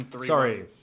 Sorry